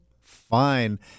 fine